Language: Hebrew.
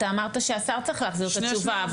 אתה אמרת שהשר צריך להחזיר את התשובה,